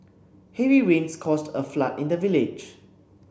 heavy rains caused a flood in the village